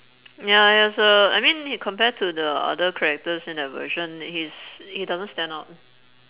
ya ya so I mean compared to the other characters in that version he's he doesn't stand out